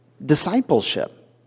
discipleship